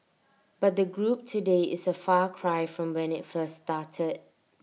but the group today is A far cry from when IT first started